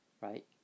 right